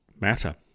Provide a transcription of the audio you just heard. matter